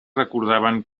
recordaven